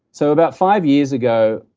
so about five years ago,